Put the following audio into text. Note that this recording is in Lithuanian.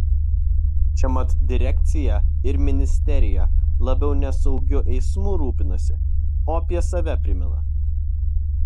čia mat direkcija ir ministerija labiau ne saugiu eismu rūpinasi o apie save primena